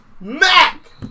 Mac